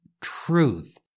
truth